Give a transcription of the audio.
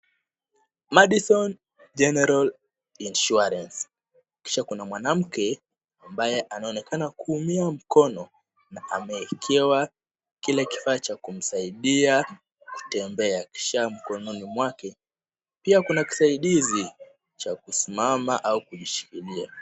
Madison General Insurance, kisha kuna mwanamke ambaye anaonekana kuumia mkono na amewekewa kile kifaa cha kumsaidia kutembea kisha mkononi mwake pia kuna kisaidizi cha kusimama au kujishikilia.